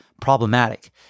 problematic